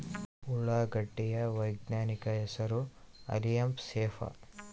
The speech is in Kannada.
ಉಳ್ಳಾಗಡ್ಡಿ ಯ ವೈಜ್ಞಾನಿಕ ಹೆಸರು ಅಲಿಯಂ ಸೆಪಾ